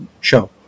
show